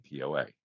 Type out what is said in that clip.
POA